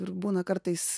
ir būna kartais